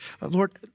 Lord